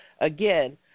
again